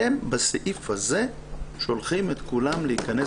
אתם בסעיף הזה שולחים את כולם להיכנס